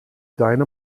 deine